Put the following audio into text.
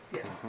Yes